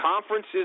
conferences